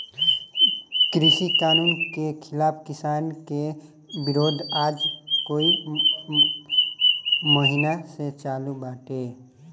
कृषि कानून के खिलाफ़ किसान के विरोध आज कई महिना से चालू बाटे